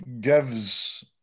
gives